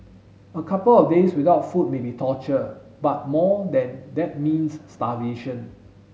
a couple of days without food may be torture but more than that means starvation